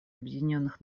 объединенных